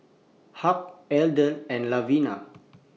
Hugh Adele and Lavinia